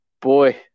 boy